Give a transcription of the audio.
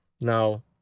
Now